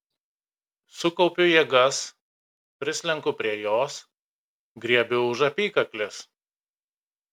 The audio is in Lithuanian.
sukaupiu jėgas prislenku prie jos griebiu už apykaklės